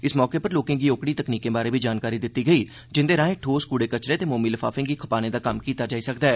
इस मौके उप्पर लोकें गी ओकड़ी तकनीकें बारै बी जानकारी दित्ती गेई जिंदे राएं ठोस कूड़े कर्कट ते मोमी लफाफें गी खपाने दा कम्म कीता जाई सकदा ऐ